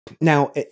Now